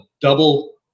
double